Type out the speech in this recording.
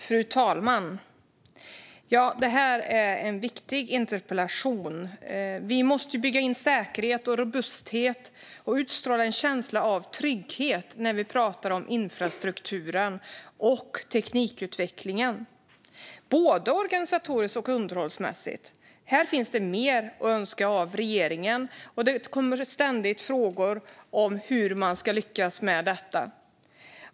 Fru talman! Det här är en viktig interpellation. Vi måste bygga in säkerhet och robusthet, och vi måste utstråla en känsla av trygghet när vi pratar om infrastruktur och teknikutveckling, både organisatoriskt och underhållsmässigt. Här finns det mer att önska av regeringen, och det kommer ständigt frågor om hur man ska lyckas med detta.